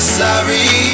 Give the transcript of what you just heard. sorry